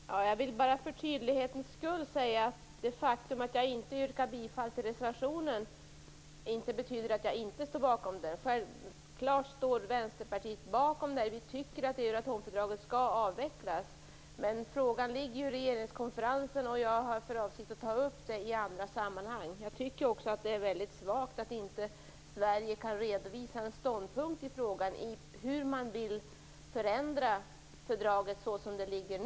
Fru talman! Jag vill bara för tydlighetens skull säga att det faktum att jag inte yrkar bifall till reservationen inte betyder att jag inte står bakom den. Självklart står Vänsterpartiet bakom den. Vi tycker att Euratomfördraget skall avvecklas. Frågan ligger dock i regeringskonferensen, och jag har för avsikt att ta upp den i andra sammanhang. Jag tycker också att det är väldigt svagt att Sverige inte kan redovisa en ståndpunkt i frågan hur man vill förändra fördraget som det nu föreligger.